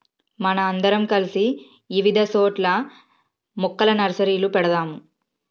మనం అందరం కలిసి ఇవిధ సోట్ల మొక్కల నర్సరీలు పెడదాము